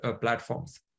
platforms